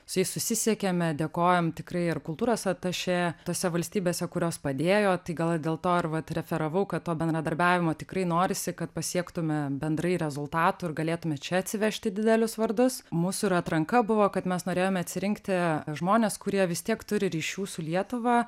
su jais susisiekėme dėkojam tikrai ar kultūros atašė tose valstybėse kurios padėjo tai gal ir dėl to vat referavau kad to bendradarbiavimo tikrai norisi kad pasiektume bendrai rezultatų ir galėtume čia atsivežti didelius vardus mūsų ir atranka buvo kad mes norėjome atsirinkti žmones kurie vis tiek turi ryšių su lietuva